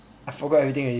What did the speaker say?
I forgot everything already